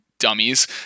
dummies